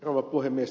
rouva puhemies